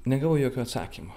negavau jokio atsakymo